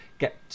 get